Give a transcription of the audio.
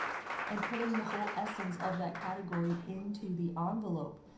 and putting the whole essence of that category into the um envelope,